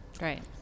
Right